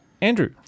Andrew